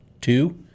two